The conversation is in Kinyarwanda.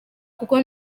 kuko